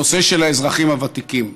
הנושא של האזרחים הוותיקים.